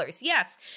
Yes